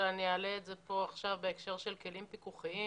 אבל אעלה את זה פה בהקשר כלים פיקוחיים